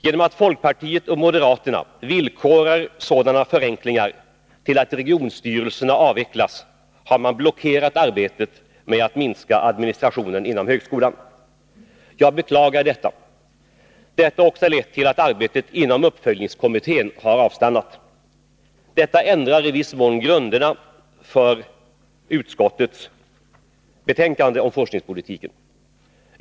Genom att folkpartiet och moderaterna villkorar sådana förenklingar till att regionstyrelserna avvecklas har man blockerat arbetet med att minska administrationen inom högskolan. Jag beklagar detta. Det har också lett till att arbetet inom uppföljningskommittén har avstannat. Detta ändrar i viss mån grunderna för utskottets betänkande om forskningspolitiken.